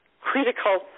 critical